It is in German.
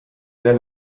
sehr